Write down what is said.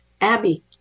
Abby